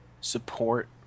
support